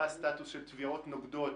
מה הסטטוס של תביעות נוגדות?